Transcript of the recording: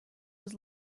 was